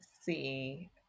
See